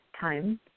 time